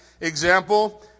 example